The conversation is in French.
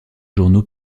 journaux